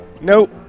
Nope